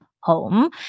home